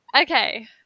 Okay